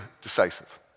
decisive